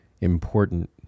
important